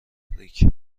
دیتریک